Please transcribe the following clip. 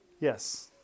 Yes